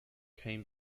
came